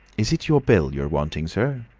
is it your bill you're wanting, sir?